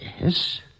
Yes